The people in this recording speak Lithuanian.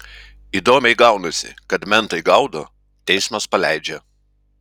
įdomiai gaunasi kad mentai gaudo teismas paleidžia